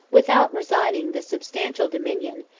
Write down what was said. without resigning the substantial dominion,